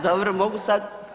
Dobro, mogu sad?